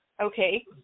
okay